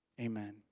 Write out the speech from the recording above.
amen